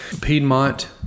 piedmont